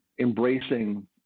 embracing